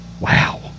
Wow